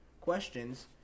questions